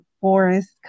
forest